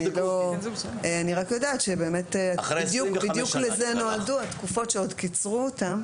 אני רק יודעת שבדיוק לזה נועדו התקופות שעוד קיצרו אותן.